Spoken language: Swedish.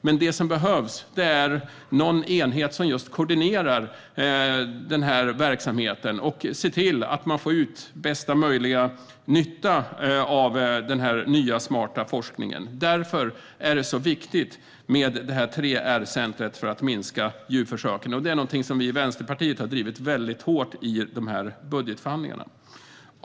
Men det som behövs är en enhet som koordinerar denna verksamhet och ser till att man får ut största möjliga nytta av den här nya, smarta forskningen. Därför är det viktigt med detta 3R-center för att minska djurförsöken. Det här är också något som vi i Vänsterpartiet har drivit väldigt hårt i dessa budgetförhandlingar.